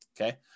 okay